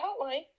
hotline